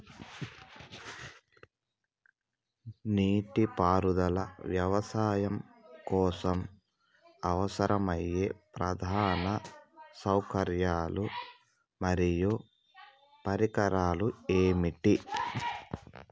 నీటిపారుదల వ్యవసాయం కోసం అవసరమయ్యే ప్రధాన సౌకర్యాలు మరియు పరికరాలు ఏమిటి?